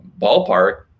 ballpark